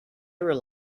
rely